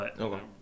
Okay